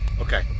Okay